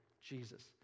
Jesus